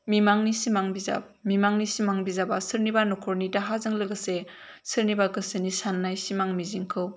मिमांनि सिमां बिजाब मिमांनि सिमां बिजाबा सोरनिबा नखरनि दाहाजों लोगोसे सोरनिबा गोसोनि साननाय सिमां मिजिंखौ